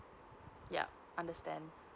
yup I understand